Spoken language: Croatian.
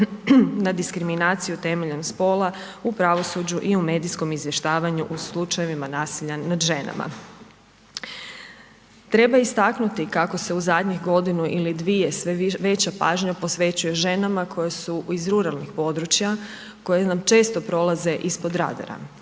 na diskriminaciju temeljem spola u pravosuđu i medijskom izvještavanju u slučajevima nasilja nad ženama. Treba istaknuti kako se u zadnjih godinu ili dvije sve veća pažnja posvećuje ženama koje su iz ruralnih područja koje nam često prolaze ispod radara.